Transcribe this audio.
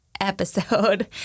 episode